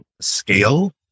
scale